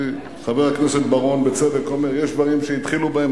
כי חבר הכנסת בר-און בצדק אומר: יש דברים שהתחילו בהם.